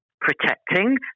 protecting